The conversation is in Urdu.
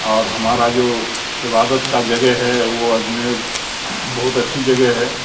اور ہمارا جو عبادت کا جگہ ہے وہ اجمیر بہت اچھی جگہ ہے